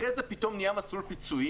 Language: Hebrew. אחרי זה פתאום נהיה מסלול פיצויים